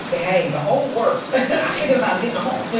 hey, the hole worked. i'm thinking about getting a hole,